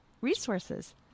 resources